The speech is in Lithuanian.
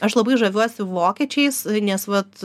aš labai žaviuosi vokiečiais nes vat